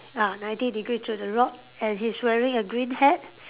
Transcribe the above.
ah ninety degrees to the rod and he's wearing a green hat